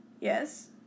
Yes